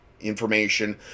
information